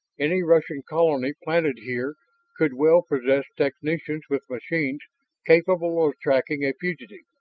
any russian colony planted here could well possess technicians with machines capable of tracking a fugitive,